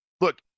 Look